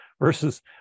versus